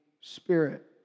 Spirit